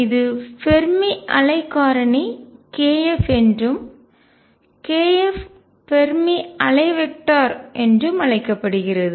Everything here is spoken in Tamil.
இது ஃபெர்மி அலை காரணி k F என்றும் k F ஃபெர்மி அலை வெக்டர் திசையன் என்றும் அழைக்கப்படுகிறது